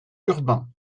urbain